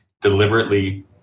deliberately